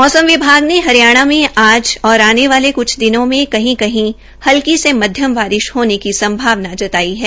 मौसम विभाग ने हरियाणा में आज और आने वाले क्छ दिनों में कही कही हल्की से मध्यम बारिश होने की संभावना जताई है